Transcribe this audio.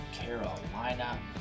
Carolina